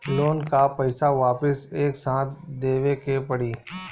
Loan का पईसा वापिस एक साथ देबेके पड़ी?